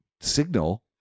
signal